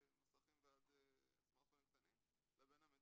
ממסכים ועד סמרטפונים קטנים, לבין המציאות.